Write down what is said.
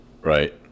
Right